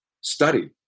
study